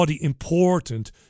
important